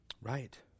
Right